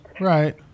Right